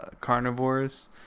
carnivores